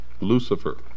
Lucifer